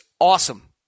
awesome